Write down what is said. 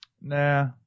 Nah